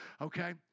Okay